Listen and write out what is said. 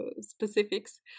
specifics